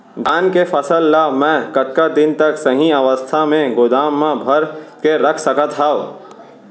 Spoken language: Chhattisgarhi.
धान के फसल ला मै कतका दिन तक सही अवस्था में गोदाम मा भर के रख सकत हव?